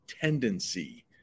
tendency